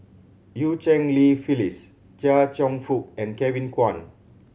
Eu Cheng Li Phyllis Chia Cheong Fook and Kevin Kwan